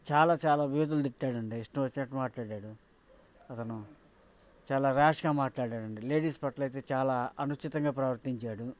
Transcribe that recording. చాలా చాలా వితుల్ తిట్టాడండి ఇష్టం వచ్చినట్టు మాట్లాడాడు అతను చాలా ర్యాష్గా మాట్లాడాడండి లేడీస్ పట్లైతే చాలా అనుచితంగా ప్రవర్తించాడు